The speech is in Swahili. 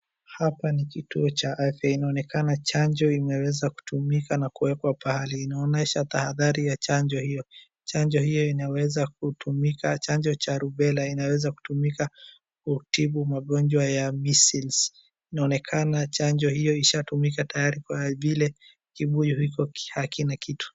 Hapa ni kituo cha afya inaonekana chanjo inaweza kutumika na kuwekwa pahsli. Inaonesha tahadhari ya chanjo hiyo. Chanjo hiyo inaweza kutumika. Chanjo cha Rubella inaweza kutumika kutibu magonjwa ya measles . Inaonekana chanjo hiyo ishatumika tayari kwa vile kibuyu hiko hakina kitu.